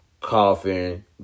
coughing